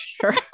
sure